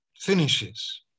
finishes